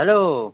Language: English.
hello